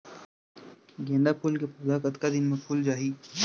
गेंदा फूल के पौधा कतका दिन मा फुल जाही?